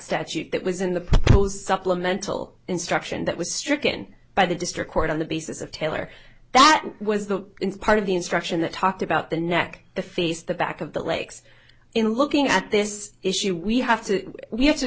statute that was in the throws supplemental instruction that was stricken by the district court on the basis of taylor that was the part of the instruction that talked about the neck the face the back of the lakes in looking at this issue we have to we have to